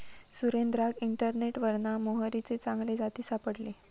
सुरेंद्राक इंटरनेटवरना मोहरीचे चांगले जाती सापडले